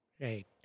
Right